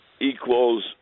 equals